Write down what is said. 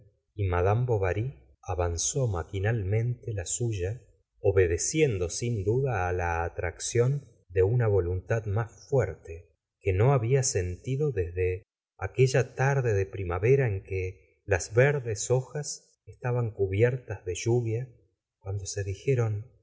y madame bovary avanzó maquinalmente la suya obedeciendo sin duda á la la señora de bovary atracción de una voluntad más fuerte que no había sentido desde aquella tarde de primavera en que las verdes hojas estaban cubiertas de lluvia cuando se dijeron